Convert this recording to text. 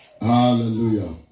Hallelujah